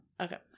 Okay